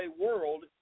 world